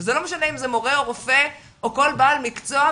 וזה לא משנה אם זה מורה או רופא או כל בעל מקצוע,